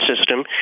system